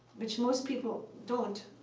which most people don't.